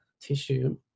tissue